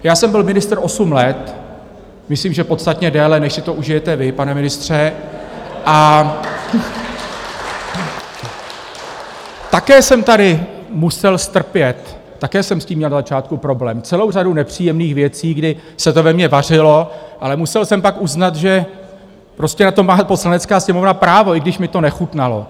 Já jsem byl ministr osm let, myslím, že podstatně déle, než si to užijete vy, pane ministře , a také jsem tady musel strpět a také jsem s tím měl na začátku problém, celou řadu nepříjemných věcí, kdy se to ve mně vařilo, ale musel jsem pak uznat, že prostě na to má Poslanecká sněmovna právo, i když mi to nechutnalo.